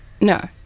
no